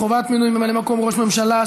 חובת מינוי ממלא מקום ראש הממשלה),